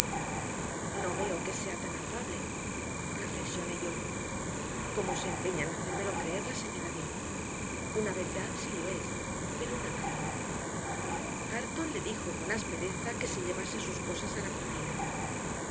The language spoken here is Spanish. no veo que sea tan afable reflexioné yo como se empeña en hacérmelo creer la señora dean una beldad sí lo es pero un ángel no hareton le dijo con aspereza que se llevase sus cosas a la cocina